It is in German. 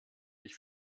ich